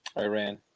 Iran